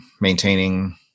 maintaining